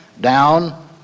down